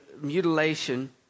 mutilation